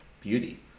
beauty